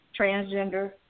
transgender